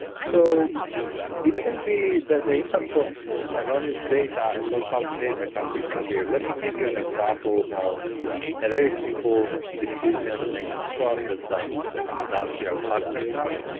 so it can be that the impact of erroneous data and low quality data can be severe. let me give you an example of a very simple decision-making process that an industrial partner has.